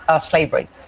slavery